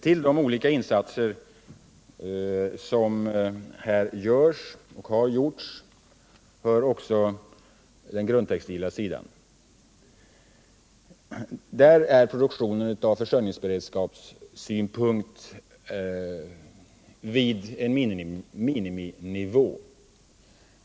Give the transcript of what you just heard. När det gäller de insatser som har gjorts och som görs kommer också den grundtextila industrin in i bilden. Med tanke på försörjningsberedskapen hålls här produktionen vid en miniminivå.